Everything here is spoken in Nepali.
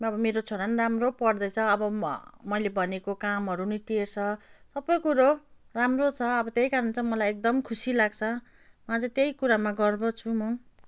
अब मेरो छोरा नि राम्रो पढ्दैछ अब मैले भनेको कामहरू नि टेर्छ सबै कुरो राम्रो छ अब त्यही कारण चाहिँ मलाई एकदम खुसी लाग्छ अझ त्यही कुरामा गर्व छु म